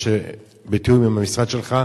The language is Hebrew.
בתיאום עם המשרד שלך,